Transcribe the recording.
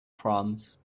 proms